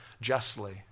justly